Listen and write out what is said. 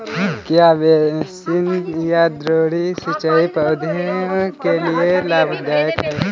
क्या बेसिन या द्रोणी सिंचाई पौधों के लिए लाभदायक है?